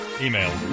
email